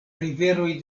riveroj